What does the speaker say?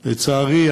לצערי,